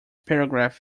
paragraph